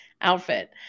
outfit